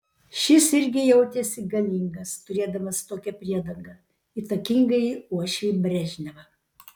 šis irgi jautėsi galingas turėdamas tokią priedangą įtakingąjį uošvį brežnevą